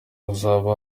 uzaba